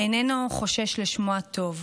איננו חושש לשמו הטוב,